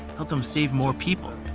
help them save more people.